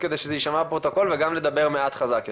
כדי שזה יישמע בפרוטוקול וגם לדבר מעט חזק יותר.